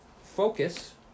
focus